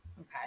Okay